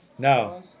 No